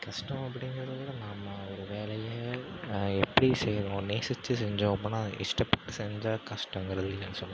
கஷ்டம் அப்படிங்கறது வந்து நம்ம ஒரு வேலையை எப்படி செய்யணும் நேசிச்சு செஞ்சோம் அப்புன்னா இஷ்டப்பட்டு செஞ்சால் கஷ்டங்கறது இல்லைன்னு சொல்லுலாம்